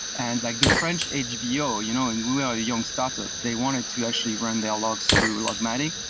and like the french hbo, you know and we are a young startup, they wanted to actually run their logs through logmatic,